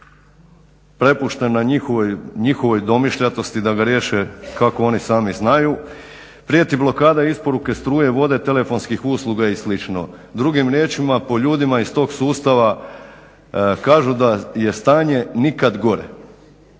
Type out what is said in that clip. prepušten njihovoj domišljatosti da ga riješe kako oni sami znaju. Prijeti blokada isporuke struje, vode, telefonskih usluga i slično. Drugim riječima po ljudima iz tog sustava kažu da je stanje nikad gore.